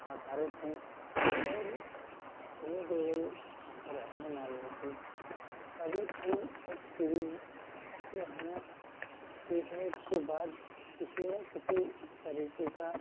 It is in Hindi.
आधारित हैं और सनी देवल और हेमा मालिनी की सभी फ़िल्म और सीरीज़ से हमें देखने के बाद किसी न किसी तरीके का